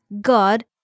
God